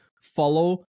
follow